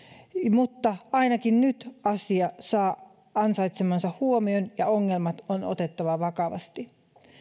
mutta ainakin nyt asia saa ansaitsemansa huomion ja ongelmat on otettava vakavasti